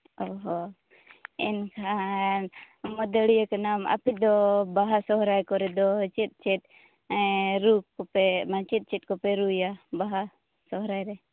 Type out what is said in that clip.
ᱚ ᱦᱚ ᱮᱱᱠᱷᱟᱱ ᱢᱟᱹᱫᱟᱹᱲᱤᱭᱟᱹ ᱠᱟᱱᱟᱢ ᱟᱯᱮ ᱫᱚ ᱵᱟᱦᱟ ᱥᱚᱦᱚᱨᱟᱭ ᱠᱚᱨᱮ ᱫᱚ ᱪᱮᱫ ᱪᱮᱫ ᱨᱩ ᱠᱚᱯᱮ ᱢᱟᱱᱮ ᱪᱮᱫ ᱪᱮᱫ ᱠᱚᱯᱮ ᱨᱩᱭᱟ ᱵᱟᱦᱟ ᱥᱚᱦᱚᱨᱟᱭ ᱨᱮ